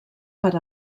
per